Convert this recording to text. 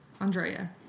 Andrea